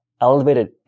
elevated